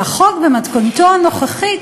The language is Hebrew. והחוק במתכונתו הנוכחית,